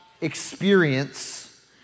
experience